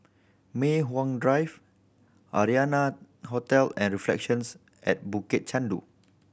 Mei Hwan Drive Arianna Hotel and Reflections at Bukit Chandu